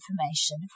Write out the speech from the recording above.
information